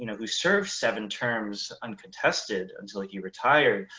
you know who served seven terms uncontested until like he retired.